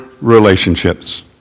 relationships